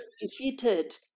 defeated